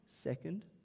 Second